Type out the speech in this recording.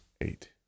Eight